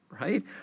right